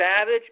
Savage